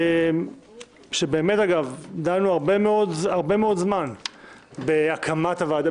שבאמת דנה הרבה מאוד זמן בהקמת הוועדה,